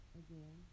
again